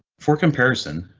for comparison,